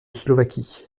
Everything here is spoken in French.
slovaquie